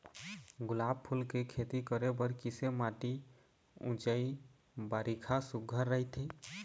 गुलाब फूल के खेती करे बर किसे माटी ऊंचाई बारिखा सुघ्घर राइथे?